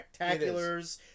spectaculars